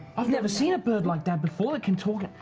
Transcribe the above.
i've never seen a bird like that before that can talk.